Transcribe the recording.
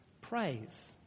praise